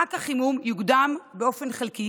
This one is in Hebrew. מענק החימום יוקדם באופן חלקי